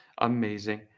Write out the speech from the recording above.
Amazing